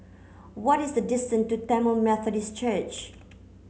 what is the distance to Tamil Methodist Church